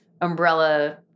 umbrella